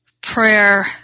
prayer